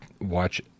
watch